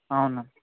అవును